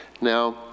Now